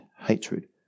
hatred